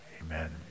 Amen